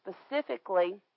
specifically